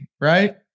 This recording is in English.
right